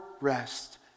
rest